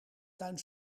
tuin